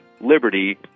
liberty